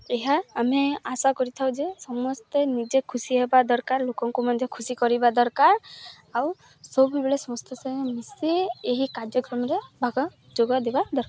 ଏହା ଆମେ ଆଶା କରିଥାଉ ଯେ ସମସ୍ତେ ନିଜେ ଖୁସି ହେବା ଦରକାର ଲୋକଙ୍କୁ ମଧ୍ୟ ଖୁସି କରିବା ଦରକାର ଆଉ ସବୁବେଳେ ସମସ୍ତଙ୍କ ସାଙ୍ଗରେ ମିଶି ଏହି କାର୍ଯ୍ୟକ୍ରମରେ ଭାଗ ଯୋଗ ଦେବା ଦରକାର